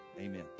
amen